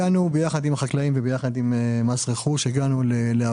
הגענו יחד עם החקלאים ויחד עם מס רכוש להבנות,